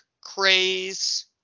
craze